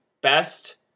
best